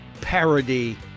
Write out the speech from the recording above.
Parody